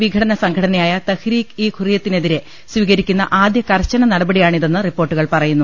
വിഘടനസംഘടനയായ തെഹ്രീക് ഈ ഹുറിയത്തിനെ തിരെ സ്വീകരിക്കുന്ന ആദ്യ കർശന നടപടിയാണിതെന്ന് റിപ്പോർട്ടുകൾ പറയുന്നു